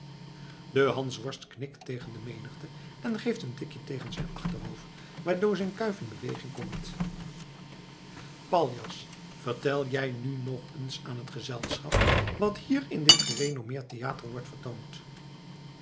de hansworst knikt tegen de menigte en geeft een tikje tegen zijn achterhoofd waardoor zijn kuif in beweging komt paljas vertel jij nu nog eens aan het gezelschap wat hier in dit gerenommeerd theater wordt vertoond